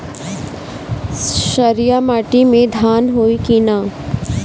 क्षारिय माटी में धान होई की न?